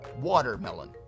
Watermelon